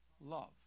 love